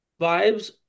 vibes